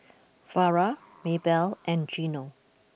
Vara Maybelle and Gino